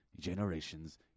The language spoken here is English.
generations